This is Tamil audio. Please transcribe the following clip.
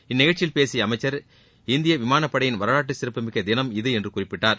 இந்நிகழ்ச்சியில் பேசிய அமைச்சர் இந்திய விமானப்படையின் வரலாற்றுச்சிறப்புமிக்க தினம் இது என்று குறிப்பிட்டார்